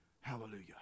Hallelujah